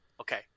Okay